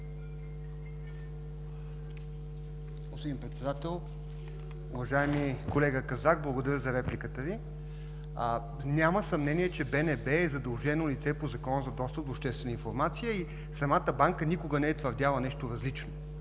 Господин Председател! Уважаеми колега Казак, благодаря за репликата Ви. Няма съмнение, че БНБ е задължено лице по Закона за достъп до обществена информация и самата Банка никога не е твърдяла нещо различно.